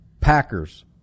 Packers